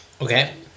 Okay